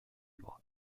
bras